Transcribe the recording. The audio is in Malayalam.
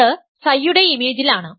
അത് Ψ യുടെ ഇമേജിൽ ആണ്